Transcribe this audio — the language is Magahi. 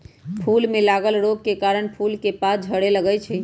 फूल में लागल रोग के कारणे फूल के पात झरे लगैए छइ